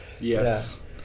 yes